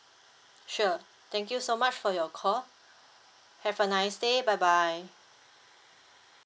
sure thank you so much for your call have a nice day bye bye